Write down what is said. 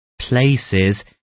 Places